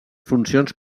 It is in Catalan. funcions